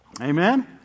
Amen